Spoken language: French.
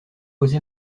osé